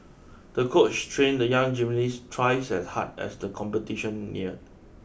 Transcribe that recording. the coach trained the young gymnast twice as hard as the competition neared